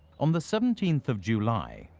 on the seventeenth of july,